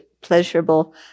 pleasurable